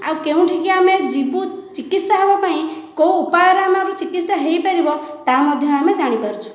ଆଉ କେଉଁଠିକୁ ଆମେ ଯିବୁ ଚିକିତ୍ସା ହେବା ପାଇଁ କେଉଁ ଉପାୟରେ ଆମେ ଆଜି ଚିକିତ୍ସା ହେଇ ପାରିବ ତା ମଧ୍ୟ ଆମେ ଜାଣିପାରୁଛୁ